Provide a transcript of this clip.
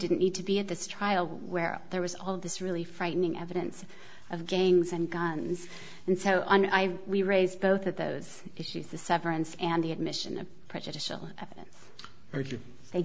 didn't need to be at this trial where there was all this really frightening evidence of gangs and guns and so on i we raised both of those issues the severance and the admission of prejudicial evidence